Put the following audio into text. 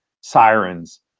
sirens